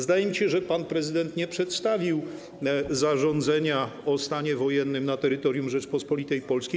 Zdaje mi się, że pan prezydent nie przedstawił zarządzenia o stanie wojennym na terytorium Rzeczypospolitej Polskiej.